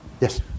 Yes